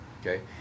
Okay